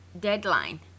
deadline